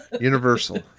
Universal